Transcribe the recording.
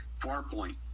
Farpoint